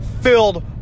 filled